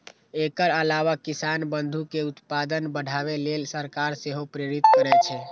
एकर अलावा किसान बंधु कें उत्पादन बढ़ाबै लेल सरकार सेहो प्रेरित करै छै